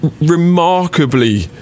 remarkably